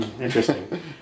Interesting